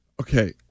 Okay